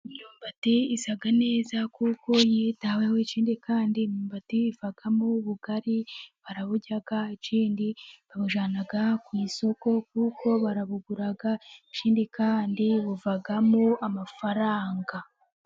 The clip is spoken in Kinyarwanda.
Imyumbati isa neza kuko yitaweho, ikindi kandi imyumbati ivamo ubugari baraburya, ikindi babujyana ku isoko kuko babugura, ikindi kandi buvamo amafaranga.